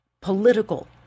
political